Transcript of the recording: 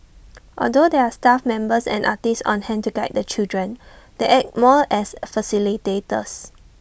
although there are staff members and artists on hand to guide the children they act more as facilitators